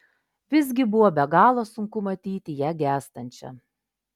visgi buvo be galo sunku matyti ją gęstančią